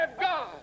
God